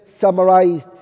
summarized